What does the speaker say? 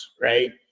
right